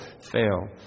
fail